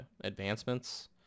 advancements